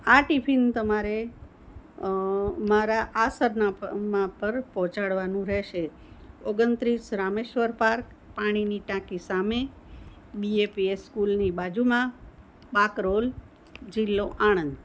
આ ટિફિન તમારે મારા આ સરના પરમાં પર પહોંચાડવાનું રહેશે ઓગણત્રીસ રામેશ્વર પાર્ક પાણીની ટાંકી સામે બીએપીએસ સ્કૂલની બાજુમાં બાકરોલ જિલ્લો આણંદ